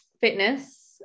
fitness